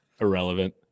Irrelevant